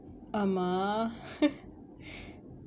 ஆமா:aamaa